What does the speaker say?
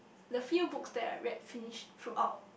the fews book that I read finished through out